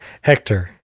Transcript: Hector